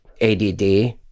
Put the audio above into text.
ADD